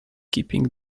keeping